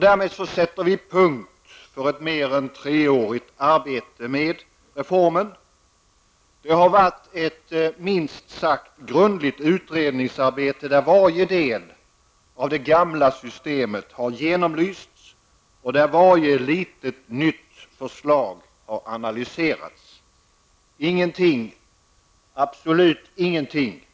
Därmed sätter vi punkt för ett arbete som har tagit mer än tre år. Det har varit ett minst sagt grundligt utredningsarbete. Varje del av det gamla systemet har genomlysts, och varje litet nytt förslag har analyserats. Absolut ingenting